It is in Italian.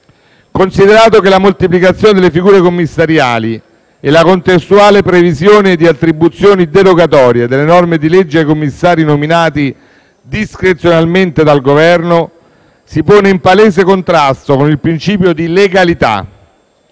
Considerato che la moltiplicazione delle figure commissariali e la contestuale previsione di attribuzioni derogatorie delle norme di legge ai commissari nominati discrezionalmente dal Governo si pone in palese contrasto con il principio di legalità